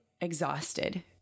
exhausted